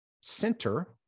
center